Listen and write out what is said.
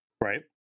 Right